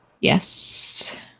Yes